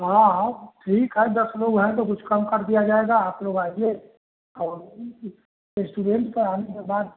हाँ हाँ ठीक है दस लोग हैं तो कुछ कम कर दिया जाएगा आप लोग आइए और रेस्टोरेंट पर आने के बाद